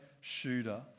shooter